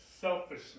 selfishness